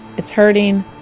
it's hurting,